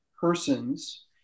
persons